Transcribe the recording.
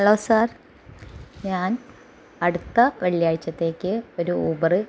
hello sir ഞാൻ അടുത്ത വെള്ളിയാഴ്ച്ചത്തേക്ക് ഒരു ഊബറ്